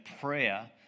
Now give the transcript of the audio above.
prayer